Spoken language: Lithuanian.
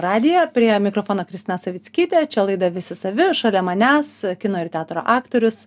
žinių radiją prie mikrofono kristina savickytė čia laida visi savi šalia manęs kino ir teatro aktorius